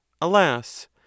Alas